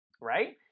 Right